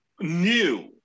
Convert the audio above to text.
new